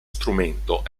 strumento